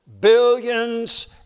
Billions